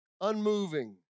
unmoving